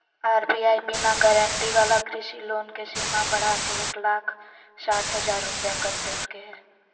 RBI बिना guarantee वाला कृषि लोन के सीमा बढ़ाके एक लाख साठ हजार रुपया कर देलके हें